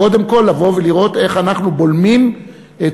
קודם כול לבוא ולראות איך אנחנו בולמים את